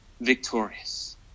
victorious